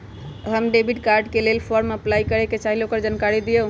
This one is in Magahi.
हम डेबिट कार्ड के लेल फॉर्म अपलाई करे के चाहीं ल ओकर जानकारी दीउ?